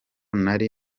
nari